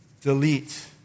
delete